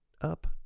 up